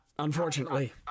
Unfortunately